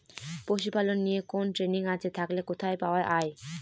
পশুপালন নিয়ে কোন ট্রেনিং আছে থাকলে কোথায় পাওয়া য়ায়?